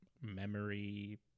memory